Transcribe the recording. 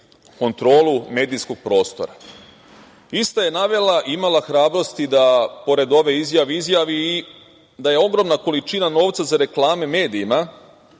kontrolu medijskog prostora“.Ista je navela i imala hrabrosti da, pored ove izjave, izjavi da je ogromna količina novca za reklame medijima